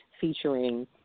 featuring